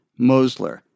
Mosler